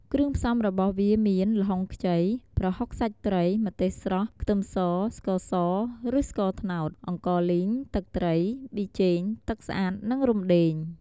គ្រឿងផ្សំរបស់វាមាន ល្ហុងខ្ចី ប្រហុកសាច់ត្រី ម្ទេសស្រស់ ខ្ទឹមស ស្ករស ឬ ស្ករត្នោត អង្កលីង ទឹកត្រី ប៊ីចេង ទឹកស្អាត និងរំដេង។